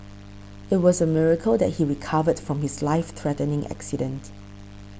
it was a miracle that he recovered from his life threatening accident